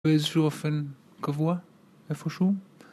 ואיזשהו אופן קבוע, איפשהו